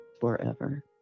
forever